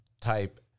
type